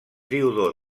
diodor